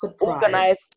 organized